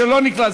שלא נכלל,